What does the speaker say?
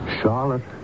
Charlotte